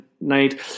night